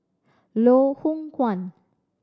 Loh Hoong Kwan